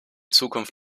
zukunft